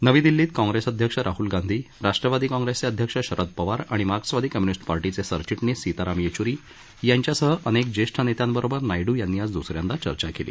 नवी दिल्लीत काँग्रेस अध्यक्ष राहल गांधी राष्ट्रवादी काँग्रेसचे अध्यक्ष शरद पवार आणि मार्क्सवादी कम्य्निस्ट पार्टीचे सरचिटणीस सिताराम येच्री यांच्यासह अनेक ज्येष्ठ नेत्यांबरोबर नायड्र यांनी आज द्रसऱ्यांदा चर्चा केली